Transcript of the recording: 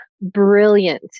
brilliant